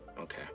Okay